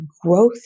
growth